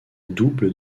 double